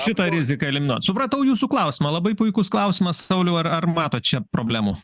šitą riziką eliminuot supratau jūsų klausimą labai puikus klausimas sauliau ar ar matot čia problemų